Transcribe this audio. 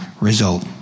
result